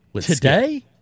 Today